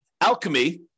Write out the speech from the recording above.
alchemy